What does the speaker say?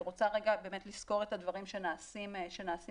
אני רוצה רגע לסקור את הדברים שנעשים במשרד.